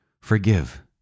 forgive